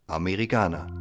americana